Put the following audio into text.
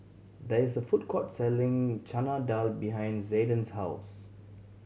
there is a food court selling Chana Dal behind Zayden's house